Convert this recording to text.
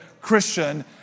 Christian